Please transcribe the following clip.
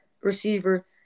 receiver